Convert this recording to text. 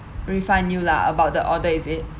refund you lah about the order is it